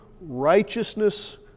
righteousness